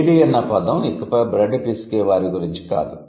lady అన్న పదం ఇకపై బ్రెడ్ పిసికే వారి గురించి కాదు